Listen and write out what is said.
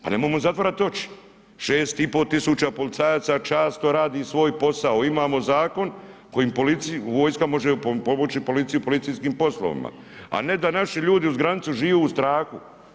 Pa nemojmo zatvarati oči, 6.500 policajaca časno radi svoj posao, imamo zakon kojim vojska može pomoći policiji u policijskim poslovima, a ne da naši ljudi uz granicu žive u strahu.